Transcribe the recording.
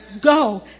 go